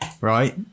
right